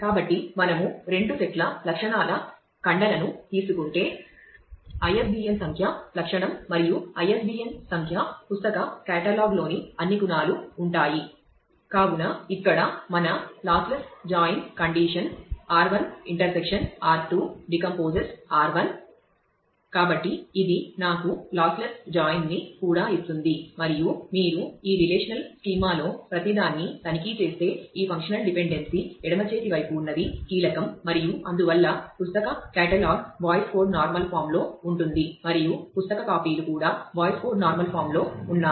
కాబట్టి మనము రెండు సెట్ల లో ఉంటుంది మరియు పుస్తక కాపీలు కూడా బోయిస్ కాడ్ నార్మల్ ఫామ్ లో ఉన్నాయి